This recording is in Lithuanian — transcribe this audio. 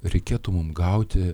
reikėtų mum gauti